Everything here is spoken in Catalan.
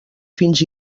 fins